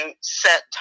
set